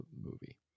movie